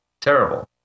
terrible